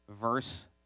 verse